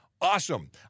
Awesome